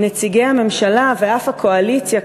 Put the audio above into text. נציגי הממשלה ואף הקואליציה,